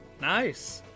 Nice